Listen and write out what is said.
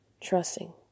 trusting